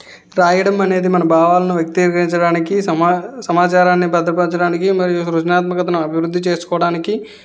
వ్రాయడం అనేది మన భావాలను వ్యక్తీకరించడానికి సమా సమాచారాన్ని భద్రపరచడానికి మరియు సృజనాత్మకతను అభివృద్ధి చేసుకోవడానికి